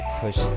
push